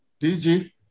DG